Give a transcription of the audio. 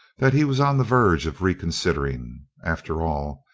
that he was on the verge of reconsidering. after all,